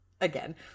again